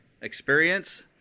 experience